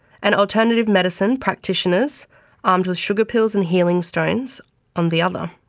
and alternative medicine practitioners armed with sugar pills and healing stones on the other.